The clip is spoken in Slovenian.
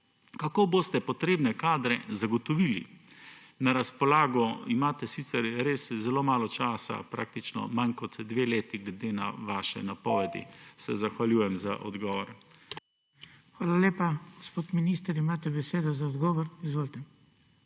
Kako boste potrebne kadre zagotovili? Na razpolago imate sicer res zelo malo časa, praktično manj kot dve leti, glede na vaše napovedi. Se zahvaljujem za odgovor. **PODPREDSEDNIK BRANKO SIMONOVIČ:** Hvala lepa. Gospod minister, imate besedo za odgovor. Izvolite.